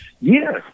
Yes